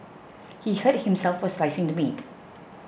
he hurt himself while slicing the meat